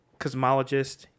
cosmologist